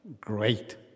great